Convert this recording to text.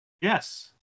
yes